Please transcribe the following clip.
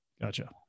Gotcha